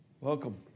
Welcome